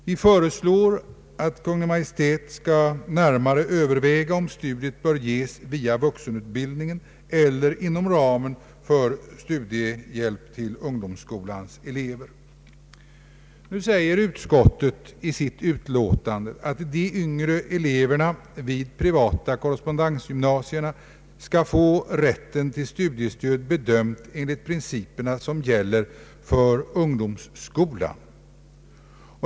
Vi föreslår att Kungl. Maj:t skall överväga om stödet bör ges via vuxenutbildningen eller inom ramen för studiehjälpen till ungdomsskolans elever. Nu säger utskottet i sitt utlåtande att de yngre eleverna vid privata korrespondensgymnasier skall få rätten till studiestöd bedömd enligt principerna som gäller för ungdomsskolan.